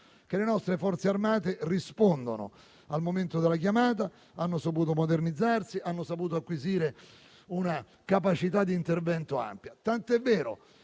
che le nostre Forze armate rispondono al momento della chiamata, hanno saputo modernizzarsi e acquisire una capacità di intervento ampia. Tanto è vero